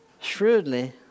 shrewdly